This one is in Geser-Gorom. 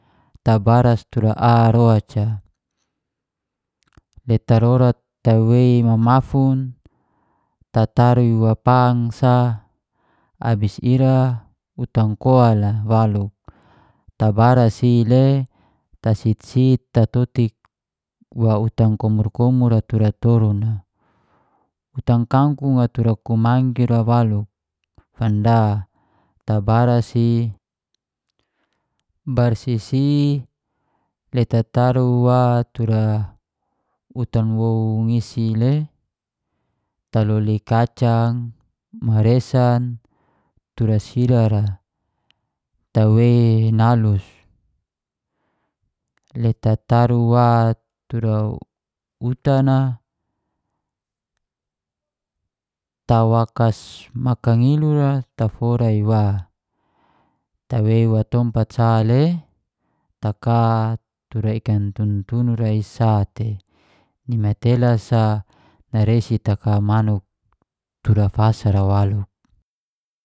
Tabaras tura ar oca, le tarorat tawei mamafun, tataru wa pang sa abis ira utan a kol walu tabaras ile tasit-sit tatotik wa utan komor-komor a tura torung a, utan kangkung a tur kunggi ra waluk fanda tabaras i barsisi le tataru wa tura utan woun isi le taloli kacang, maresan tura sira ra, tawei nalus le tataru wa tura utan a tawakar makangilu rafora wa. Tawei wa toompat sa le, taka tura ikan tuntunu ra i sa te ni matelas a naresi taka manuk tura fasa ra waluk.